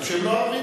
מכובד,